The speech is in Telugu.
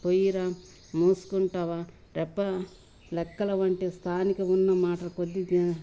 పోయిరా మూసుకుంటావా రెప లెక్కల వంటి స్థానిక ఉన్న మాటలా కొద్ది